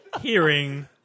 hearing